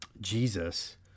Jesus